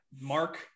Mark